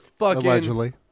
Allegedly